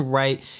right